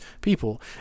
people